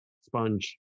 sponge